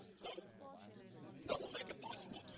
so that we'll make it possible